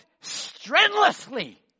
strenuously